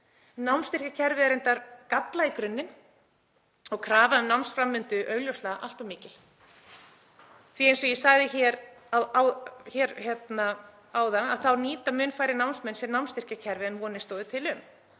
Námsstyrkjakerfið er reyndar gallað í grunninn og krafan um námsframvindu augljóslega allt of mikil því eins og ég sagði hér áðan þá nýta mun færri námsmenn námsstyrkjakerfið en vonir stóðu til.